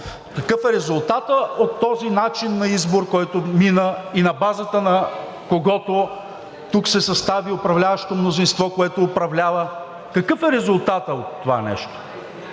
какъв е резултатът от този начин на избор, който мина и на базата на когото тук се състави управляващо мнозинство, което управлява. Какъв е резултатът от това нещо?